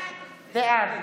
בעד